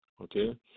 Okay